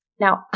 Now